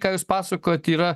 ka jūs pasakojat yra